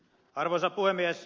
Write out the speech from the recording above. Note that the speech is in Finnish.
arvoisa puhemies